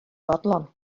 fodlon